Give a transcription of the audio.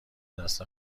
دست